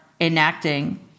enacting